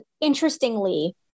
interestingly